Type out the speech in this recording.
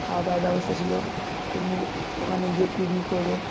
খাওয়া দাওয়ার ব্যবস্থা ছিল পিকনিক ওখানে গিয়ে পিকনিক করব